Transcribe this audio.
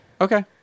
okay